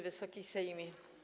Wysoki Sejmie!